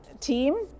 team